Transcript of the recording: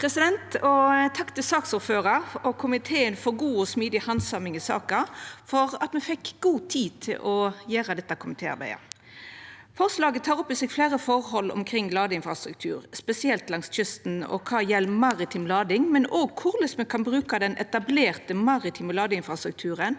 Takk til saksord- føraren og komiteen for god og smidig handsaming i saka og for at me fekk god tid til å gjera dette komitéarbeidet. Forslaget tek opp i seg fleire forhold omkring ladeinfrastruktur, spesielt langs kysten, både kva gjeld maritim lading, og korleis me kan bruka den etablerte maritime ladeinfrastrukturen